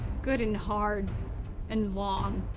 good and hard and long.